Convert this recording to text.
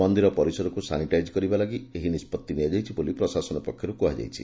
ମନ୍ଦିର ପରିସରକୁ ସାନିଟାଇଜ୍ କରିବା ଲାଗି ଏହି ନିଷ୍ବଉି ନିଆଯାଇଛି ବୋଲି ପ୍ରଶାସନ ପକ୍ଷରୁ କୁହାଯାଇଛି